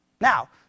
Now